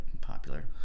popular